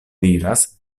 diras